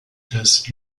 des